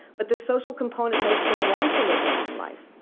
but the social component makes them want to live a long life.